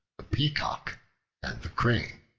peacock and the crane